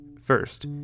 First